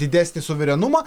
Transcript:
didesnį suverenumą